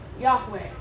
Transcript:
Yahweh